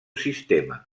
sistema